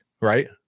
right